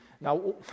Now